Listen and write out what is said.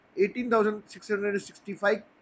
18,665